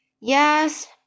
Yes